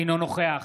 אינו נוכח